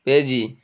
পেয়াজি